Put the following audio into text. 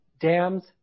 dams